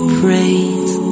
praise